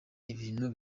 ibintu